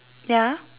ya